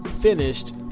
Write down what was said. finished